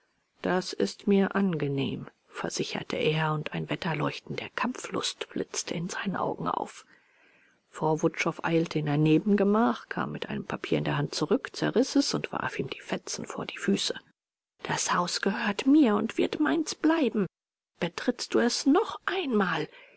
das ist mir angenehm versicherte er und ein wetterleuchten der kampflust blitzte in seinen augen auf frau wutschow eilte in ein nebengemach kam mit einem papier in der hand zurück zerriß es und warf ihm die fetzen vor die füße das haus gehört mir und wird meins bleiben betrittst du es noch einmal